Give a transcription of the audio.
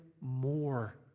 more